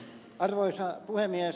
arvoisa puhemies